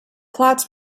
plots